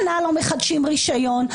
שנה לא מחדשים רישיון.